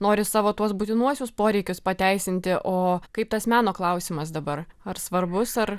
nori savo tuos būtinuosius poreikius pateisinti o kaip tas meno klausimas dabar ar svarbus ar